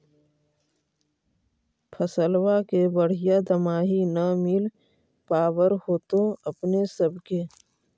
फसलबा के बढ़िया दमाहि न मिल पाबर होतो अपने सब के?